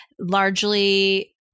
largely